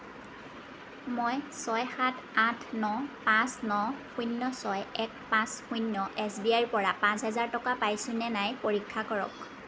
মই ছয় সাত আঠ ন পাঁচ ন শূন্য ছয় এক পাঁচ শূন্য এছ বি আইৰ পৰা পাঁচ হাজাৰ টকা পাইছোঁনে নাই পৰীক্ষা কৰক